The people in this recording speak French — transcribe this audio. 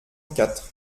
quatre